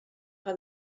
que